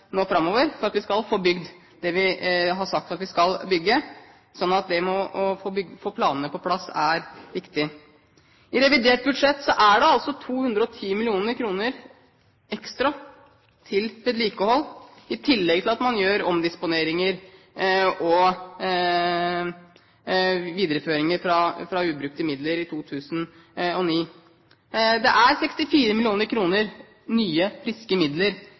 nå framover for at vi skal få bygd det vi har sagt at vi skal bygge. Så det å få planene på plass er viktig. I revidert budsjett er det 210 mill. kr ekstra til vedlikehold i tillegg til at man omdisponerer og viderefører ubrukte midler i 2009. Det er 64 mill. kr i nye, friske midler